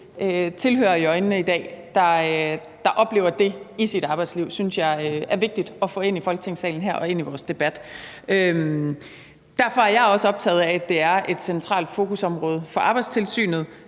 tilhørere i øjnene i dag, der oplever det i deres arbejdsliv, synes jeg er vigtigt at få ind i Folketingssalen her og ind i vores debat. Derfor er jeg også optaget af, at det er et centralt fokusområde for Arbejdstilsynet,